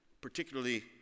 particularly